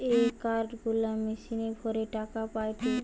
এ card গুলা মেশিনে ভরে টাকা পায়টে